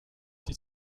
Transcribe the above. did